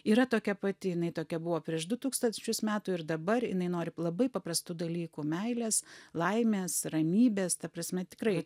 yra tokia pati jinai tokia buvo prieš du tūkstančius metų ir dabar jinai nori labai paprastų dalykų meilės laimės ramybės ta prasme tikrai